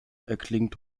erklingt